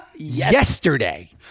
Yesterday